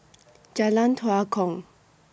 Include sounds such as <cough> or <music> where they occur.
<noise> Jalan Tua Kong